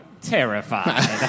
terrified